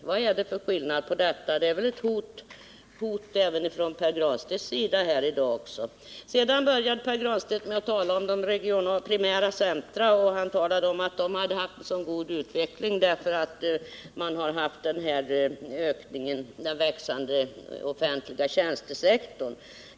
Vad är det för skillnad på detta? Det är väl ett hot även från Pär Granstedts sida här i dag. Sedan började Pär Granstedt tala om primära centra och om att de visar en så god utveckling, därför att man haft den växande offentliga tjänstesektorn.